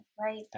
right